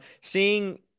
seeing